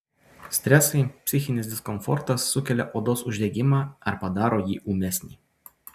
stresai psichinis diskomfortas sukelia odos uždegimą ar padaro jį ūmesnį